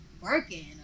working